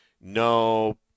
no